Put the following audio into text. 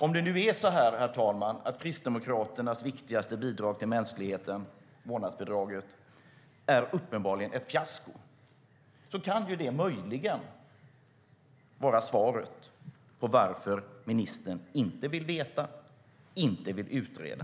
Om det nu är så att Kristdemokraternas viktigaste bidrag till mänskligheten, vårdnadsbidraget, är ett uppenbart fiasko, då kan det möjligen vara svaret på varför ministern inte vill veta och inte vill utreda.